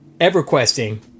EverQuesting